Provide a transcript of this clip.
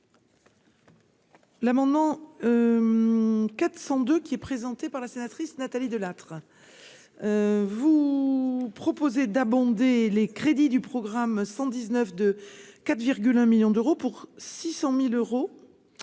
L'amendement 402 qui est présenté par la sénatrice Nathalie Delattre, vous proposez d'abonder les crédits du programme 119 de 4 virgule 1 millions d'euros pour 600000 euros